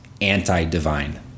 anti-divine